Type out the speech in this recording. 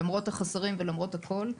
למרות החסרים ולמרות הכל,